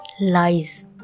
Lies